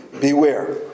Beware